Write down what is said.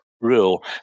rule